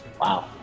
Wow